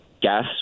gas